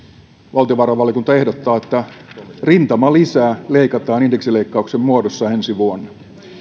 valtiovarainvaliokunta ehdottaa että rintamalisää leikataan indeksileikkauksen muodossa ensi vuonna